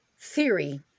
theory